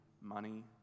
money